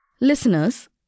Listeners